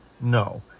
No